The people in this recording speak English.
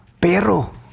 Pero